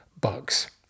bugs